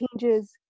changes